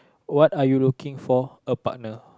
what are you looking for a partner